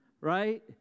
Right